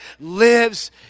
lives